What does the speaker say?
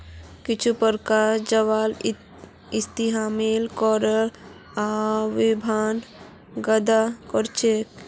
कुछू पारंपरिक जलावन इस्तेमाल करले आबोहवाक गंदा करछेक